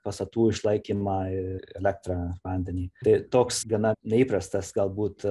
pastatų išlaikymą elektrą vandenį kai toks gana neįprastas galbūt